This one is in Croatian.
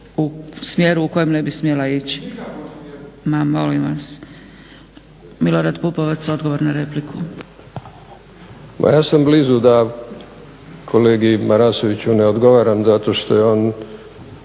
u smjeru u kojem ne bi smjela ići. Ma molim vas, Milorad Pupovac, odgovor na repliku. **Pupovac, Milorad (SDSS)** Ma ja sam blizu da kolegi Marasoviću ne odgovaram zato što je on,